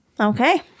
Okay